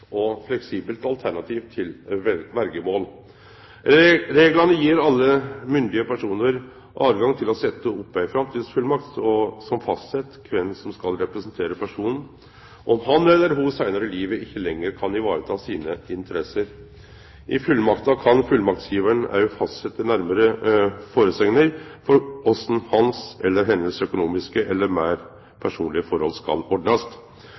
og fleksibelt alternativ til verjemål. Reglane gjev alle myndige personar rett til å setje opp ei framtidsfullmakt som fastset kven som skal representere personen om han eller ho seinare i livet ikkje kan vareta sine interesser. I fullmakta kan fullmaktsgjevaren òg fastsetje nærmare føresegn for korleis hans eller hennar økonomiske eller meir personlege forhold skal ordnast.